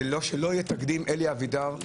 שלא יהיה תקדים אלי אבידר.